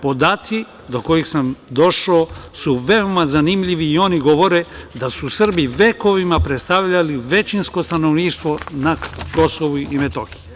Podaci do kojih sam došao su veoma zanimljivi i oni govore da su Srbi vekovima predstavljali većinsko stanovništvo na KiM.